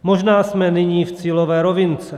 Možná jsme nyní v cílové rovince.